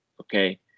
okay